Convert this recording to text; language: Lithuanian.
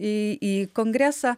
į į kongresą